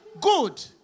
Good